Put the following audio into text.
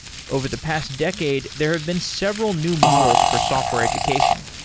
over the past decade, there've been several new models for software education.